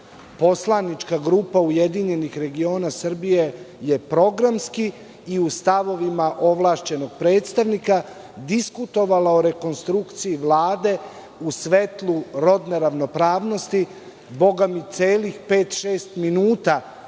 Poslanička grupa URS je programski i u stavovima ovlašćenog predstavnika diskutovala o rekonstrukciji Vlade u svetlu rodne ravnopravnosti, bogami, celih pet,